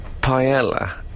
Paella